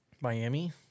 Miami